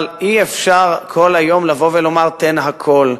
אבל אי-אפשר כל היום לבוא ולומר: תן הכול.